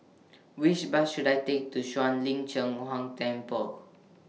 Which Bus should I Take to Shuang Lin Cheng Huang Temple